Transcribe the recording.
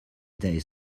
days